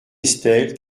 estelle